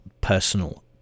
Personal